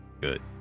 Good